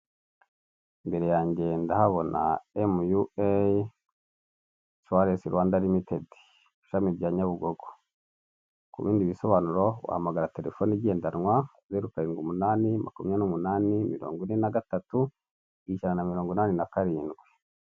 Imbere yange ndahabona emu yu eyi inshuwarensi Rwanda rimitedi ishami rya Nyabugogo ku bindi bisobanuro wahamagara telefone igendanwa zeru karindwi umunani makumyabiri n'umunani mirongo ine na gatatu ijana na mirongo inani na karindwi.